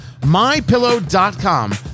MyPillow.com